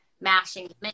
mashing